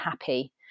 happy